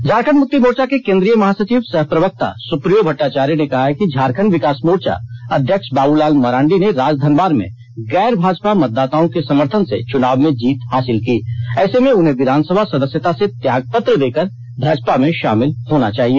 झारखंड मुक्ति मोर्चा के केंद्रीय महासचिव सह प्रवक्ता सुप्रियो भट्टाचार्य ने कहा है कि झारखंड विकास मोर्चा अध्यक्ष बाबूलाल मरांडी ने राजधनवार में गैर भाजपा मतदाताओं के समर्थन से चुनाव में जीत हासिल की ऐसे में उन्हें विधानसभा सदस्यता से त्यागपत्र देकर भाजपा में शामिल होना चाहिए